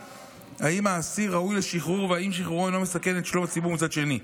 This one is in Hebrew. אם האסיר ראוי לשחרור ואם שחרורו אינו מסכן את שלום הציבור מצד שני.